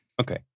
Okay